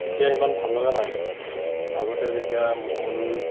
এতিয়া ইমান ভাল লগা নাই আগতে যেতিয়া মোহন